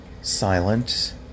silent